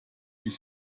ich